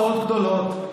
ההוצאות גדולות,